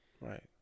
Right